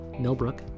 Millbrook